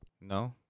No